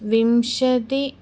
विंशतिः